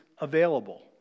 available